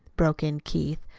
broke in keith,